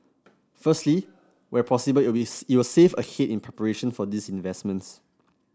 firstly where possible it will save ahead in preparation for these investments